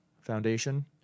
Foundation